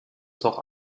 doch